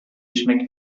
schmeckt